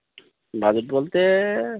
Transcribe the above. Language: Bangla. বাজেট বলতে